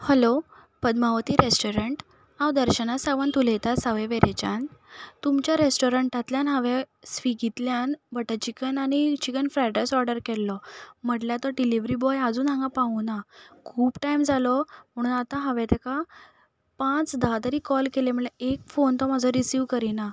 hello Padmavati restaurant हांव दर्शना सावंत उलयतां सावय वेरेंच्यान तुमच्या रेस्टोरंटांतल्यान हांवें स्विगींतल्यान बटर चिकन आनी चिकन फ्रायड रायस ऑर्डर केल्लो म्हटल्यार तो डिलीवरी बॉय आज्जून हांगा पावूं ना खूब टायम जालो म्हणून आतां हांवें तेका पांच धा तरी कॉल केले म्हणल्यार एक फोन तो म्हाजो रिसीव करिना